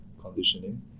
conditioning